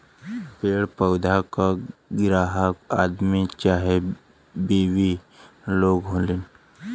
पेड़ पउधा क ग्राहक आदमी चाहे बिवी लोग होलीन